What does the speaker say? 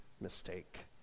mistake